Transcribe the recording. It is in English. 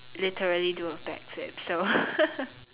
literally do a back flip so